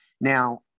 Now